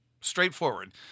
straightforward